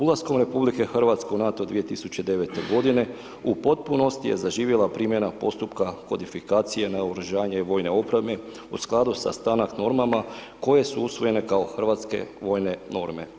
Ulaskom RH u NATO 2009. godine u potpunosti je zaživjela primjena postupka kodifikacije naoružanja i vojne opreme u skladu sa STANAG normama koje su usvojene kao hrvatske vojne norme